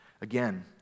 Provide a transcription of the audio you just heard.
Again